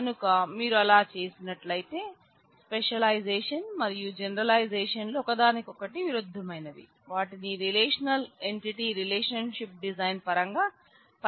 కనుక మీరు అలా చేసినట్లయితే స్పెషలైజేషన్ లు ఒకదానికొకటి విరుద్ధమైనవి వాటిని relational entity relationship design పరంగా పరస్పరం ఉపయోగిస్తారు